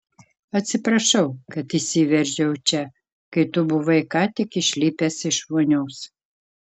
atsiprašau kad įsiveržiau čia kai tu buvai ką tik išlipęs iš vonios